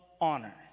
honor